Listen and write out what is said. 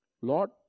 Lord